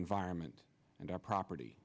environment and our property